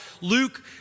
Luke